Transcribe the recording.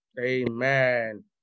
Amen